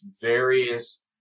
various